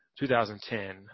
2010